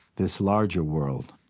this larger world